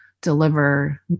deliver